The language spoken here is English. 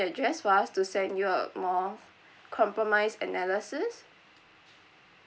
address for us to send you a more compromise analysis